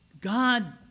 God